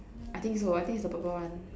I think so I think is the purple one